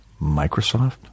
Microsoft